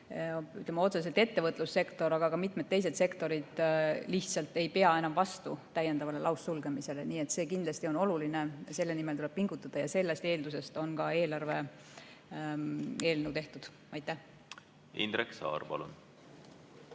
otseselt ettevõtlussektor, vaid ka mitmed teised sektorid lihtsalt ei pea enam vastu uuele laussulgemisele. Nii et see kindlasti on oluline, selle nimel tuleb pingutada ja sellest eeldusest lähtudes on ka eelarve eelnõu tehtud. Aitäh, hea küsija!